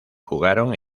jugaron